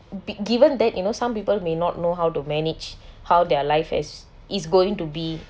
be given that you know some people may not know how to manage how their life has is going to be